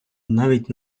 навіть